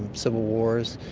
civil wars.